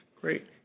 Great